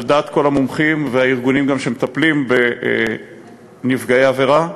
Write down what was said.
על דעת כל המומחים והארגונים שמטפלים בנפגעי עבירה,